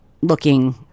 looking